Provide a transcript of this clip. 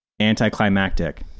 anticlimactic